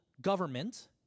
government